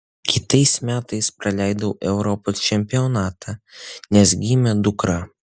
kitais metais praleidau europos čempionatą nes gimė dukra